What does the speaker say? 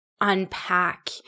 unpack